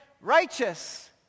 righteous